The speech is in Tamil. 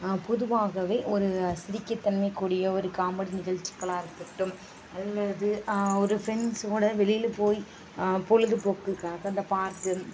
பொதுவாகவே ஒரு சிரிக்க தன்மைக்கூடிய ஒரு காமடி நிகழ்ச்சிகளா இருக்கட்டும் அல்லது ஒரு ஃப்ரெண்ட்ஸ்ஸோட வெளியில போய் பொழுது போக்குக்காக இந்த பார்க்கு